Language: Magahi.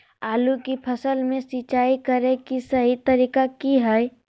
आलू की फसल में सिंचाई करें कि सही तरीका की हय?